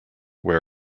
where